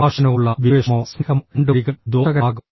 പ്രഭാഷകനോടുള്ള വിദ്വേഷമോ സ്നേഹമോ രണ്ട് വഴികളും ദോഷകരമാകും